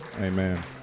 amen